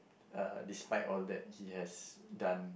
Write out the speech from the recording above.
uh despite all that he has done